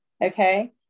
Okay